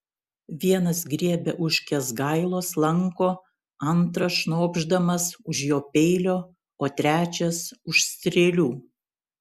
vienas griebia už kęsgailos lanko antras šnopšdamas už jo peilio o trečias už strėlių